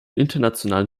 internationalen